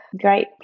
great